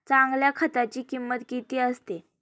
चांगल्या खताची किंमत किती असते?